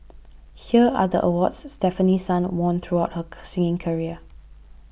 here are the awards Stefanie Sun won throughout her singing career